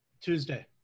Tuesday